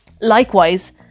Likewise